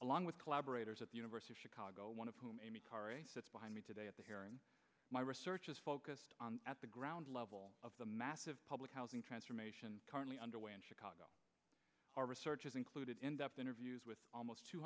along with collaborators at the university of chicago one of whom behind me today at my research is focused on at the ground level of the massive public housing transformation currently underway in chicago our research has included in depth interviews with almost two